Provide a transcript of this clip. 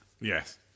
Yes